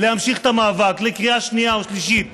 להמשיך את המאבק לקריאה שנייה ושלישית.